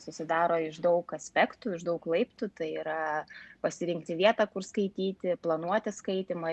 susidaro iš daug aspektų iš daug laiptų tai yra pasirinkti vietą kur skaityti planuoti skaitymą